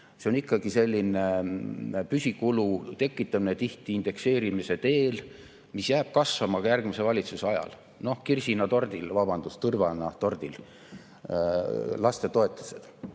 See on ikkagi selline püsikulu tekitamine tihti indekseerimise teel, mis jääb kasvama ka järgmise valitsuse ajal. Kirsina tordil, vabandust, tõrvana tordil – lastetoetused.